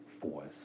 force